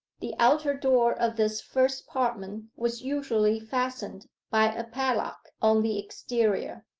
the outer door of this first apartment was usually fastened by a padlock on the exterior.